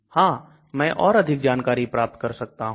हां मैं और अधिक जानकारी प्राप्त कर सकता हूं